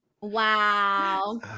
Wow